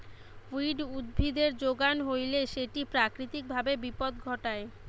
weed উদ্ভিদের যোগান হইলে সেটি প্রাকৃতিক ভাবে বিপদ ঘটায়